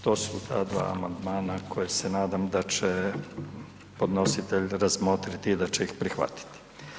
To su ta dva amandmana koje se nadam da će podnositelj razmotriti i da će ih prihvatiti.